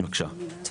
אני